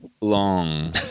long